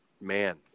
man